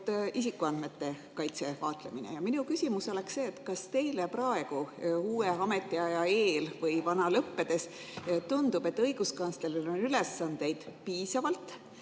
isikuandmete kaitse vaatlemine. Minu küsimus oleks see: kas teile praegu, uue ametiaja eel või vana lõppedes tundub, et õiguskantsleril on ülesandeid piisavalt,